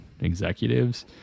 executives